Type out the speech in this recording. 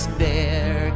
bear